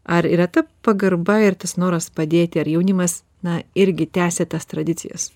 ar yra ta pagarba ir tas noras padėti ar jaunimas na irgi tęsia tas tradicijas